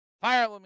Fire